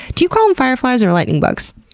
do you call them fireflies or lightning bugs?